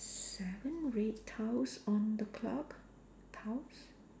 seven red tiles on the clock tiles